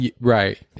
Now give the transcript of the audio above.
Right